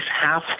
half